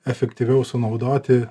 efektyviau sunaudoti